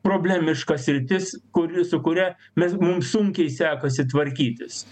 problemiška sritis kuri sukuria mes mums sunkiai sekasi tvarkytis